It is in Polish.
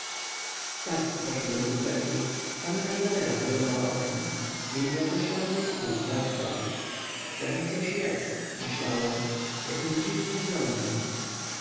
starski poszedł do bufetu panna izabela wyglądała oknem jej nieokreślony niepokój wzrastał w tem coś jest myślała jak on dziwnie wyglądał